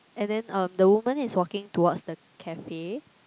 and then um the woman is walking towards the cafe